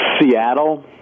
Seattle